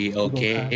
okay